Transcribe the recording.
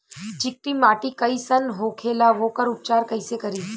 चिकटि माटी कई सन होखे ला वोकर उपचार कई से करी?